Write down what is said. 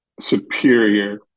superior